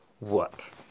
work